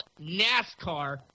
NASCAR